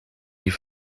die